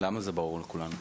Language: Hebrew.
למה זה ברור לכולנו?